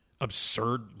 absurd